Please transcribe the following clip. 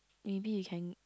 maybe you can